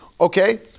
Okay